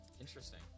Interesting